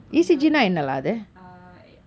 கொஞ்ச:konja uh